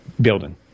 building